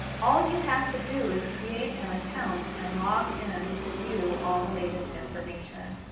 all you have to do is create an account and log in to view all the latest information.